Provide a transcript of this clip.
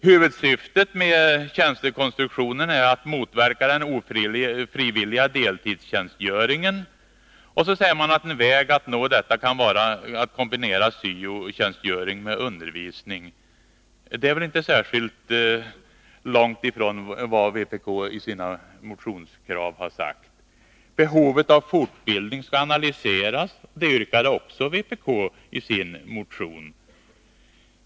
Huvudsyftet med tjänstekonstruktionen är att motverka den ofrivilliga deltidstjänstgöringen, och man säger att en väg att nå detta kan vara att kombinera syo-tjänstgöringen med undervisning. Det är väl inte särskilt långt ifrån vad vpk har sagt i sitt motionskrav. Behovet av utbildning skall analyseras. Detta yrkade vpk också i sin motion.